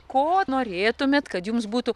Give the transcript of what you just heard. ko norėtumėt kad jums būtų